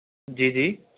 جی جی